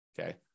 Okay